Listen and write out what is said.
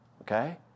Okay